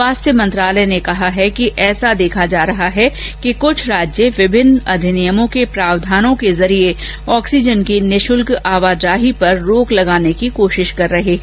स्वास्थ्य मंत्रालय ने कहा है कि ऐसा देखा जा रहा है कि कुछ राज्य विभिन्न अधिनियमों के प्रावधानों के जरिये ऑक्सीजन की निशुल्क आवाजाही पर रोक लगाने की कोशिश कर रहे हैं